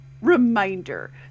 reminder